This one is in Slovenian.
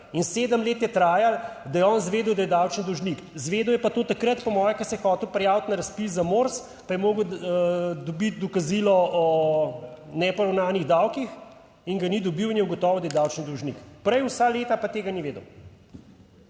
in sedem let je trajalo, da je on izvedel, da je davčni dolžnik. Izvedel je pa to takrat, po moje, ko se je hotel prijaviti na razpis za MORS, pa je moral dobiti dokazilo o neporavnanih davkih in ga ni dobil in je ugotovil da je davčni dolžnik. Prej vsa leta pa tega ni vedel.